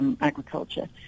agriculture